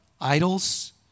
idols